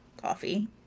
coffee